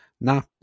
Now